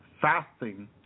fasting